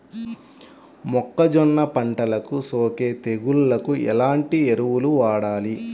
మొక్కజొన్న పంటలకు సోకే తెగుళ్లకు ఎలాంటి ఎరువులు వాడాలి?